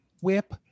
whip